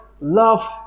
love